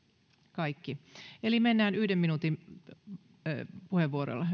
kaikki eli mennään yhden minuutin puheenvuoroilla